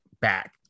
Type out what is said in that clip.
back